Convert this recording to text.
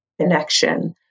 connection